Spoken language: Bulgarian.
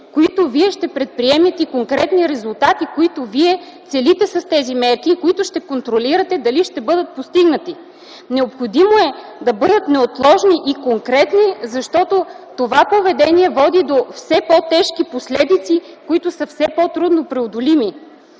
които Вие ще предприемете, и конкретни резултати, които Вие целите с тези мерки и които ще контролирате дали ще бъдат постигнати. Необходимо е да бъдат неотложни и конкретни, защото това поведение води до все по-тежки последици, които са все по-трудно преодолими.